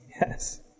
Yes